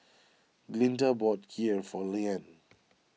Glinda bought Kheer for Leanne